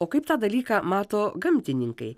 o kaip tą dalyką mato gamtininkai